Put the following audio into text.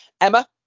Emma